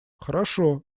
хорошо